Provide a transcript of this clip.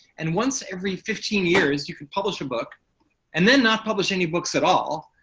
and once every fifteen years you could publish a book and then not publish any books at all,